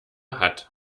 hat